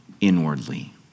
inwardly